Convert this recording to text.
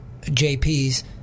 jp's